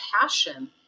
passion